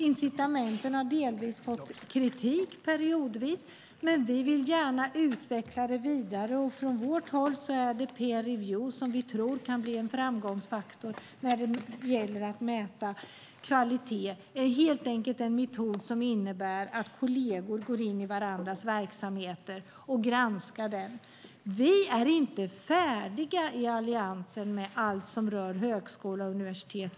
Incitamenten har delvis fått kritik periodvis. Men vi vill gärna utveckla det vidare, och från vårt håll är det peer review som vi tror kan bli en framgångsfaktor när det gäller att mäta kvalitet. Det är helt enkelt en metod som innebär att kolleger går in i varandras verksamheter och granskar den. Vi i Alliansen är inte färdiga med allt som rör högskola och universitet.